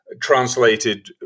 translated